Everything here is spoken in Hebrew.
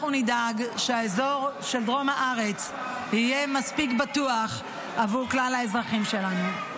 אנחנו נדאג שהאזור של דרום הארץ יהיה מספיק בטוח עבור כלל האזרחים שלנו.